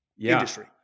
industry